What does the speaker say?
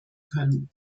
können